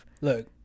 Look